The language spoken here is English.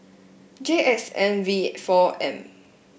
J X N V four M